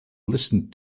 listened